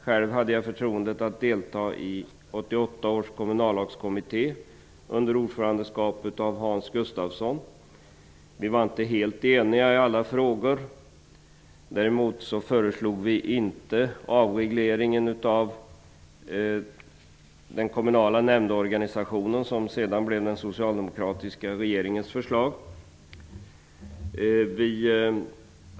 Själv hade jag förtroendet att delta i 1988 års kommunallagskommitté under ordförandeskap av Hans Gustafsson. Vi har inte helt eniga i alla frågor. Dock var det inte vi som föreslog den avreglering av den kommunala nämndorganisationen som sedan blev den socialdemokratiska regeringens förslag.